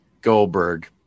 Goldberg